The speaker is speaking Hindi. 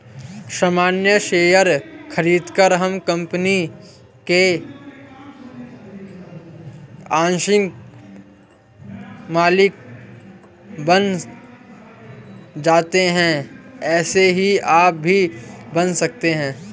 सामान्य शेयर खरीदकर हम कंपनी के आंशिक मालिक बन जाते है ऐसे ही आप भी बन सकते है